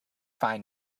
fine